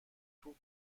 توپ